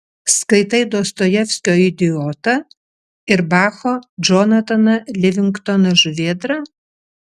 skaitai dostojevskio idiotą ir bacho džonataną livingstoną žuvėdrą